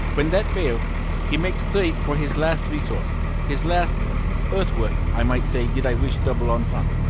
when that fail he make straight for his last resource his last earth-work i might say did i wish double entente.